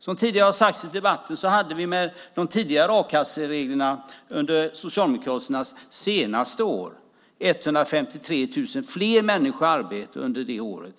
Som tidigare har sagts i debatten hade vi med de tidigare a-kassereglerna under Socialdemokraternas senaste år vid makten 153 000 fler människor i arbete under det året